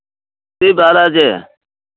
Shri Balaji